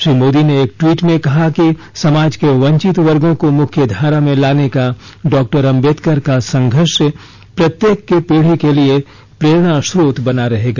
श्री मोदी ने एक ट्वीट में कहा कि समाज के वंचित वर्गों को मुख्य धारा में लाने का डॉक्टर आम्बेडकर का संघर्ष प्रत्येक पीढी के लिए प्रेरणा स्रोत बना रहेगा